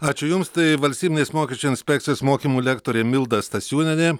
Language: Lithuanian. ačiū jums tai valstybinės mokesčių inspekcijos mokymų lektorė milda stasiūnienė